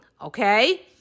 okay